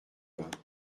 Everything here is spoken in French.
vingts